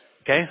Okay